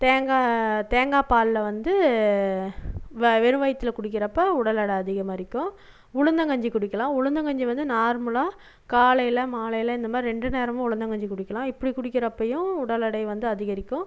தேங்காய் தேங்காய் பாலில் வந்து வெறும் வயிற்றுல குடிக்கிறப்போ உடல் எடை அதிகரிக்கும் உளுந்தங்கஞ்சி குடிக்கலாம் உளுந்தங்கஞ்சி வந்து நார்மலாக காலையில் மாலையில் இந்தமாதிரி ரெண்டு நேரமும் உளுந்தங்கஞ்சி குடிக்கலாம் இப்படி குடிக்கிறப்பயும் உடல் எடை வந்து அதிகரிக்கும்